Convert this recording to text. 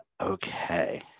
Okay